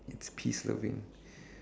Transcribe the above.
it's peace loving